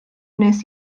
wnes